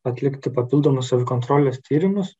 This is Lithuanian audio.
atlikti papildomus savikontrolės tyrimus